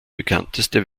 bekannteste